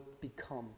become